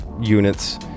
units